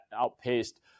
outpaced